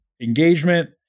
engagement